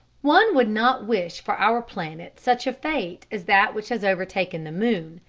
one would not wish for our planet such a fate as that which has overtaken the moon,